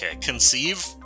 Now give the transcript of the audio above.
conceive